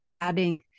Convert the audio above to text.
adding